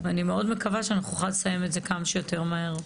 אני מאוד מקווה שאנחנו נוכל לסיים את זה כמה שיותר מהר.